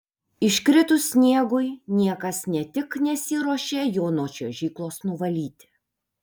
iškritus sniegui niekas ne tik nesiruošia jo nuo čiuožyklos nuvalyti